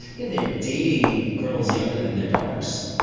yeah they were dating girls younger than their daughters.